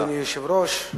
אדוני היושב-ראש,